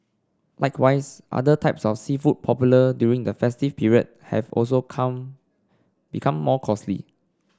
likewise other types of seafood popular during the festive period have also come become more costly